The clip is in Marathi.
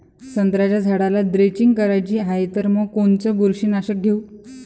संत्र्याच्या झाडाला द्रेंचींग करायची हाये तर मग कोनच बुरशीनाशक घेऊ?